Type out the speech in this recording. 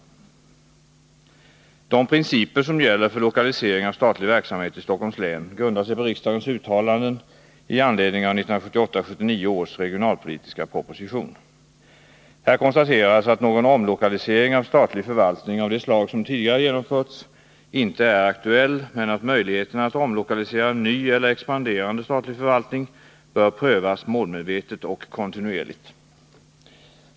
De principer som gäller för lokalisering av statlig verksamhet i Stockholms län grundar sig på riksdagens uttalanden i anledning av 1978 79:112, AU 1978 79:435). Här konstateras att någon omlokalisering av statlig förvaltning av det slag som tidigare genomförts inte är aktuell men att möjligheterna att omlokalisera ny eller expanderande statlig förvaltning bör prövas målmedvetet och kontinuerligt.